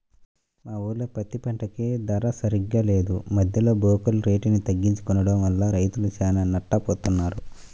మా ఊర్లో పత్తి పంటకి ధర సరిగ్గా లేదు, మద్దెలో బోకర్లే రేటుని తగ్గించి కొనడం వల్ల రైతులు చానా నట్టపోతన్నారు